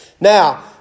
Now